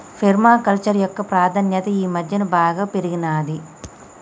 పేర్మ culture యొక్క ప్రాధాన్యత ఈ మధ్యన బాగా పెరిగినాది